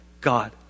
God